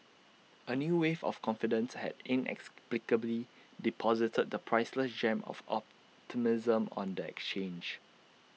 A new wave of confidence had inexplicably deposited the priceless gem of optimism on the exchange